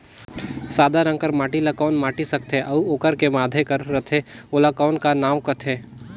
सादा रंग कर माटी ला कौन माटी सकथे अउ ओकर के माधे कर रथे ओला कौन का नाव काथे?